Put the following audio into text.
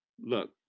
look